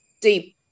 deep